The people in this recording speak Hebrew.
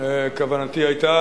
כוונתי היתה,